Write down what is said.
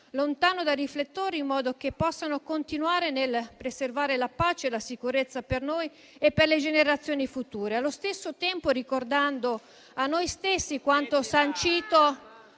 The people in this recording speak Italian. lontano da riflettori, in modo che possano continuare nel preservare la pace e la sicurezza per noi e per le generazioni future. *(Commenti)* e, allo stesso tempo, ricordando a noi stessi quanto sancito